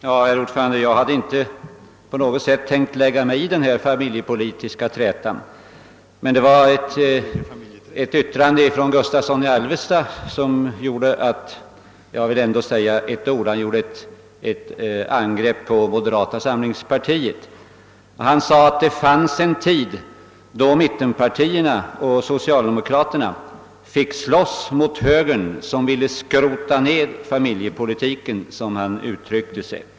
Herr talman! Jag hade inte tänkt lägga mig i den familjepolitiska trätan, men det var ett yttrande av herr Gustavsson i Alvesta som gjorde att jag ändå vill säga några ord. Herr Gustavsson angrep moderata samlingspartiet. Han sade att det fanns en tid då mittenpartierna och socialdemokraterna fick slåss mot högern som ville skrota ned familjepolitiken, som han uttryckte sig.